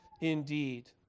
indeed